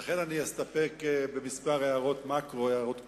ולכן אני אסתפק בכמה הערות מקרו, הערות כלליות.